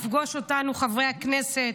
לפגוש אותנו, חברי הכנסת,